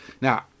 Now